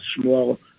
small